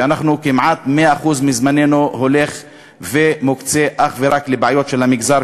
שכמעט 100% זמננו מוקצה אך ורק לבעיות של המגזר,